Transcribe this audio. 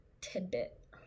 tidbit